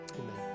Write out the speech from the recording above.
Amen